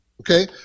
okay